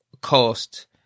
cost